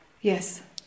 Yes